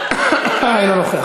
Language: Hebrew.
מוותר,